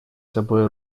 собой